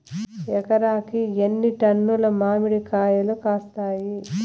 ఎకరాకి ఎన్ని టన్నులు మామిడి కాయలు కాస్తాయి?